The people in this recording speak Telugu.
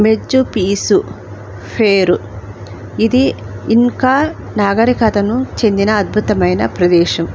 మాచ్చు పిచ్చు పెరూ ఇది ఇంకా నాగరికతను చెందిన అద్భుతమైన ప్రదేశం